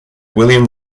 william